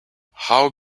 how